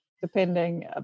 depending